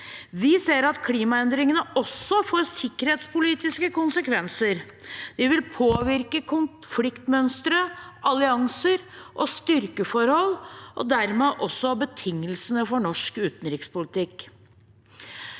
Vi ser at klimaendringene også får sikkerhetspolitiske konsekvenser. De vil påvirke konfliktmønstre, allianser og styrkeforhold og dermed også betingelsene for norsk utenrikspolitikk.